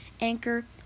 Anchor